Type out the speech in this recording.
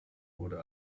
wurde